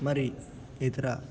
మరి ఇతర